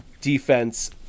defense